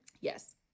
Yes